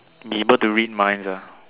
be able to read minds ah